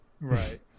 Right